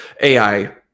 AI